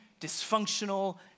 dysfunctional